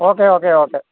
okay okay okay